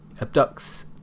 abducts